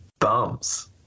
bums